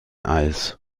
eis